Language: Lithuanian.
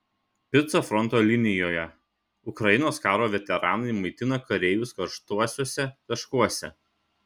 pica fronto linijoje ukrainos karo veteranai maitina kareivius karštuosiuose taškuose